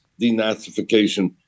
denazification